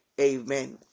Amen